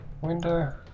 window